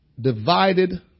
divided